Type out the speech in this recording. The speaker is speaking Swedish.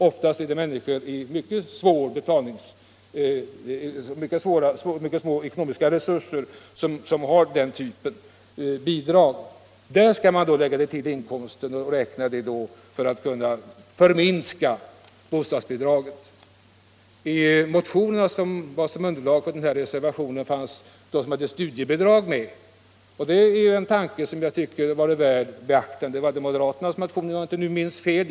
Det är oftast människor med mycket små ekonomiska resurser, och för dem skall man alltså lägga dessa bidrag till inkomsten för att på så sätt kunna minska bostadsbidraget. I de motioner som utgjorde underlag för reservationen fanns något som hette studiebidrag medtaget. Det är en tanke som jag tycker hade varit värd beaktande. Det var i moderaternas motion, om jag inte minns fel.